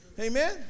Amen